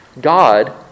God